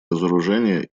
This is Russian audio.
разоружение